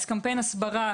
אז קמפיין הסברה,